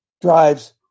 drives